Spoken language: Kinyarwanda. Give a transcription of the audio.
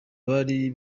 bari